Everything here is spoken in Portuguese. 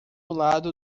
lado